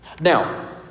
Now